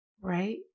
Right